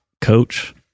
coach